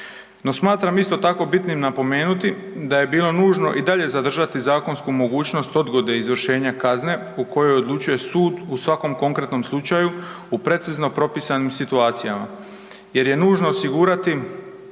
No, smatram isto tako bitnim napomenuti da je bilo nužno i dalje zadržati zakonsku mogućnost odgode izvršenja kazne o kojoj odlučuje sud u svakom konkretnom slučaju u precizno propisanim situacijama jer je nužno osigurati